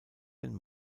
den